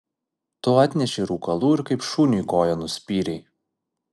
tu atnešei rūkalų ir kaip šuniui koja nuspyrei